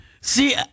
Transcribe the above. See